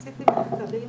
עשיתי מחקרים,